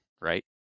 right